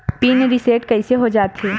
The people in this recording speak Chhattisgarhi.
पिन रिसेट कइसे हो जाथे?